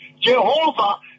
Jehovah